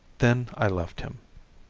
then i left him.